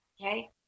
okay